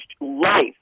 life